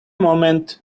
moment